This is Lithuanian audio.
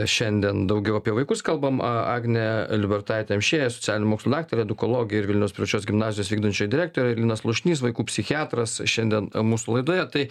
šiandien daugiau apie vaikus kalbam a agnė liubertaitė amšiejė socialinių mokslų daktarė edukologė ir vilniaus privačios gimnazijos vykdančioji direktorė ir linas slušnys vaikų psichiatras šiandien mūsų laidoje tai